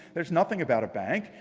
there's nothing about a bank.